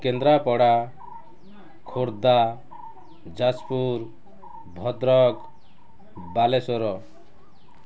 Kendrapara Khordha Jajpur Bhadrak Balasore